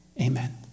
amen